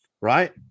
Right